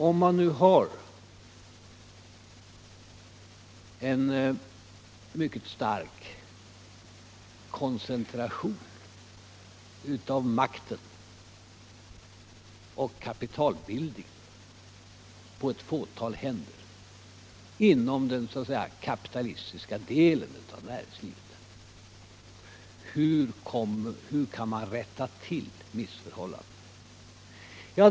Om man nu har en mycket stark koncentration av makten och kapitalbildningen på ett fåtal händer inom den kapitalistiska delen av samhället, hur kan man då rätta till missförhållandena?